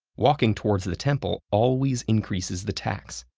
walking towards the temple always increases the tax,